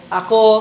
ako